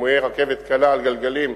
דמויי רכבת קלה על גלגלים,